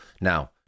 Now